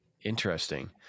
interesting